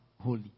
Holy